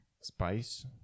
Spice